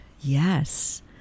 Yes